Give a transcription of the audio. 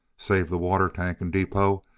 save the water tank and depot,